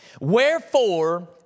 wherefore